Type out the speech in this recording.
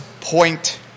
point